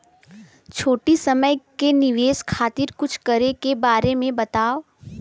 छोटी समय के निवेश खातिर कुछ करे के बारे मे बताव?